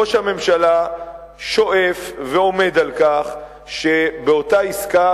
ראש הממשלה שואף ועומד על כך שבאותה עסקה,